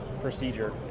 procedure